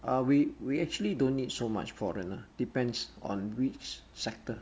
uh we we actually don't need so much foreigner depends on which sector